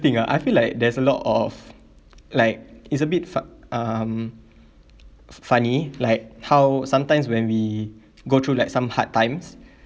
ah I feel like there's a lot of like it's a bit fu~ um f~ funny like how sometimes when we go through like some hard times